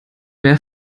mehr